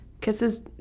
Kisses